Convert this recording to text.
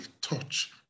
touch